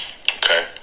okay